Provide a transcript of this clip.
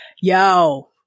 Yo